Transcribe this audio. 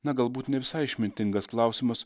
na galbūt ne visai išmintingas klausimas